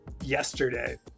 yesterday